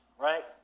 right